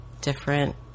different